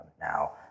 now